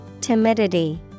Timidity